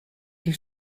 die